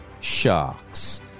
Sharks